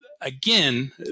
again